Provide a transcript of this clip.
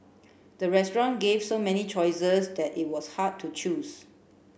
the restaurant gave so many choices that it was hard to choose